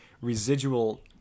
residual